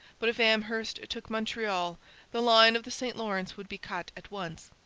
but if amherst took montreal the line of the st lawrence would be cut at once.